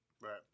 Right